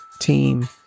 team